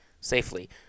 safely